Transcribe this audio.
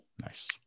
Nice